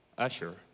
Usher